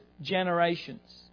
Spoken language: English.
generations